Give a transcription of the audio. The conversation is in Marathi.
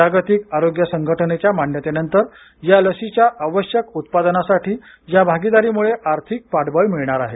जागतिक आरोग्य संघटनेच्या मान्यतेनंतर या लशीच्या आवश्यक उत्पादनासाठी या भागीदारीमुळे आर्थिक पाठबळ मिळणार आहे